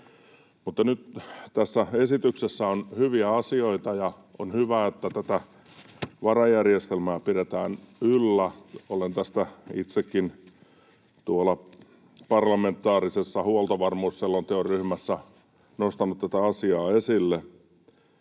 Mutta nyt tässä esityksessä on hyviä asioita, ja on hyvä, että tätä varajärjestelmää pidetään yllä. Olen itsekin parlamentaarisessa huoltovarmuusselonteon ryhmässä nostanut tätä asiaa esille.